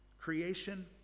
creation